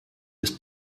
ist